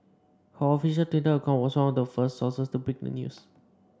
her official Twitter account was one of the first sources to break the news